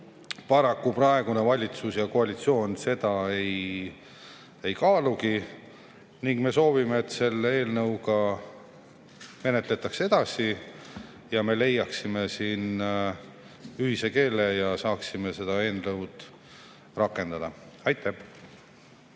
Paraku praegune valitsus ja koalitsioon seda ei kaalugi. Me soovime, et seda eelnõu menetletakse edasi, et me leiaksime siin ühise keele ja saaksime seda eelnõu rakendada. Aitäh!